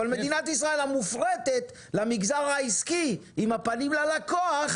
אבל מדינת ישראל המופרטת למסגר העסקי עם הפנים ללקוח,